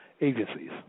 agencies